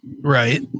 Right